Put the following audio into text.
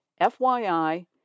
FYI